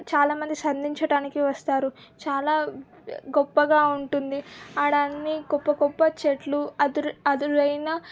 చాలా మంది సంధించటానికి వస్తారు చాలా గొప్పగా ఉంటుంది ఆడా అన్ని గొప్ప గొప్ప చెట్లు అరుదు అరుదైన